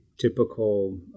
typical